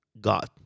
God